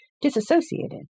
disassociated